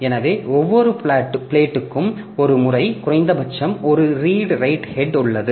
எனவே ஒவ்வொரு பிளேட்க்கும் ஒரு முறை குறைந்தபட்சம் ஒரு ரீடு ரைட் ஹெட் உள்ளது